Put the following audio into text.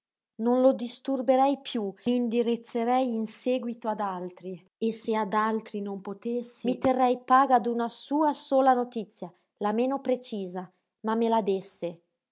non lo disturberei piú m'indirizzerei in séguito ad altri e se ad altri non potessi mi terrei paga d'una sua sola notizia la meno precisa ma me la désse